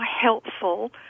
helpful